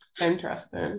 interesting